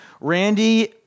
Randy